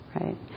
right